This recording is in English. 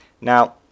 Now